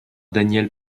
daniel